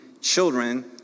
children